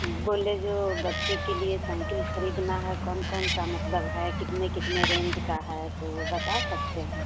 बोले जो बच्चे के लिए साइकिल ख़रीदना है कौन कौन सा मतलब है कितने कितने रेंज का है तो वो बता सकते हैं